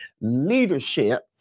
leadership